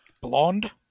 blonde